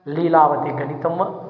लीलावतीगणितं वा